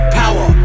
power